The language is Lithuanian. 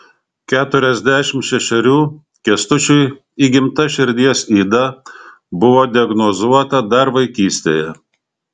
keturiasdešimt šešerių kęstučiui įgimta širdies yda buvo diagnozuota dar vaikystėje